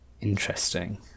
Interesting